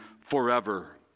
forever